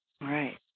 Right